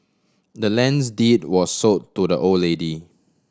the land's deed was sold to the old lady